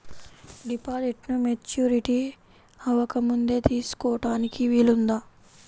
డిపాజిట్ను మెచ్యూరిటీ అవ్వకముందే తీసుకోటానికి వీలుందా?